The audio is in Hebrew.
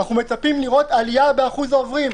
אנחנו מצפים לראות עלייה בשיעור העוברים.